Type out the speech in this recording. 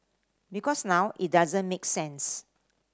because now it doesn't make sense